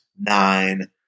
nine